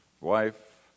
wife